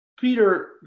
Peter